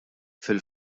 fil